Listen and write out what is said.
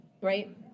right